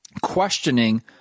questioning